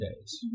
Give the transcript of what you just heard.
days